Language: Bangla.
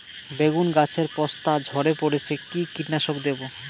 বেগুন গাছের পস্তা ঝরে পড়ছে কি কীটনাশক দেব?